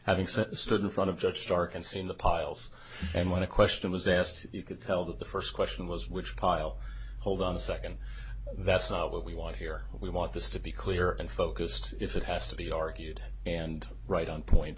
having said stood in front of judge stark and seen the piles and when a question was asked you could tell that the first question was which pile hold on a second that's not what we want here we want this to be clear and focused if it has to be argued and right on point